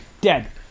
dead